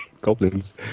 goblins